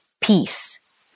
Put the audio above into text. peace